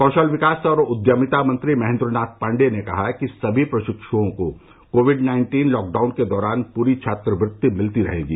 कौशल विकास और उद्यमिता मंत्री महेन्द्र नाथ पाण्डे ने कहा है कि सभी प्रशिक्ओं को कोविड नाइन्टीन लॉकडाउन के दौरान पूरी छात्रवृत्ति मिलती रहेगी